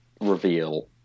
reveal